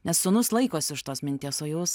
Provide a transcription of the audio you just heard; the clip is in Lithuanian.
nes sūnus laikosi už tos minties o jūs